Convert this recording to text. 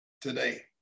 today